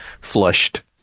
flushed